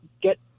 get